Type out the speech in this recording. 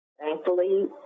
Thankfully